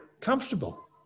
comfortable